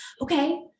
okay